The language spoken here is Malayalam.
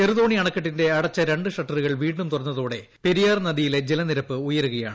ചെറുത്തോണി പെരിയാർ അണക്കെട്ടിന്റെ അടച്ച രണ്ട് ഷട്ടറുകൾ വീണ്ടും തുറന്ന്തോടെ നദിയിലെ ജലനിരപ്പ് ഉയരുകയാണ്